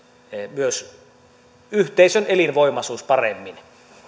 myös yhteisön elinvoimaisuus paremmin